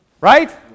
Right